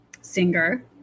singer